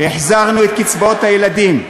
החזרנו את קצבאות הילדים,